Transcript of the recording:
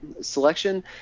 selection